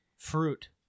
Fruit